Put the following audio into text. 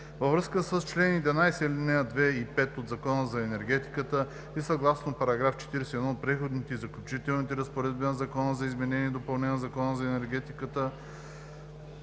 Във връзка с чл. 11, ал. 2 и 5 от Закона за енергетиката и съгласно § 41 от Преходните и заключителните разпоредби на Закона за изменение и допълнение на Закона за енергетиката